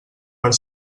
per